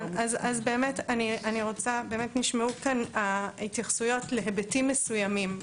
אז באמת נשמעו כאן ההתייחסויות להיבטים מסוימים.